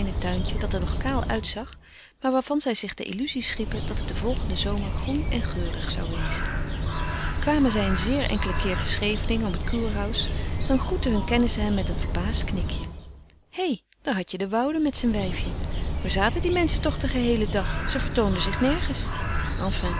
tuintje dat er nog kaal uitzag maar waarvan zij zich de illuzie schiepen dat het den volgenden zomer groen en geurig zou wezen kwamen zij een zeer enkelen keer te scheveningen op het kurhaus dan groetten hunne kennissen hen met een verbaasd knikje hé daar hadt je de woude met zijn wijfje waar zaten die menschen toch den geheelen dag ze vertoonden zich nergens